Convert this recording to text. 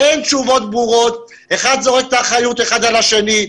אין תשובות ברורות, האחד זורק את האחריות על השני.